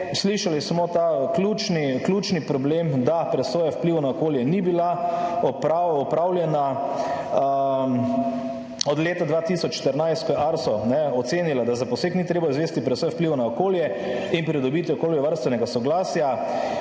slišali smo ta ključni, ključni problem, da presoja vplivov na okolje ni bila oprava…, opravljena od leta 2014, ko je ARSO ocenila, da za poseg ni treba izvesti presoje vplivov na okolje in pridobiti okoljevarstvenega soglasja.